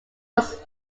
was